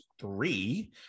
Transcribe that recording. three